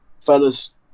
Fellas